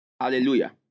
Hallelujah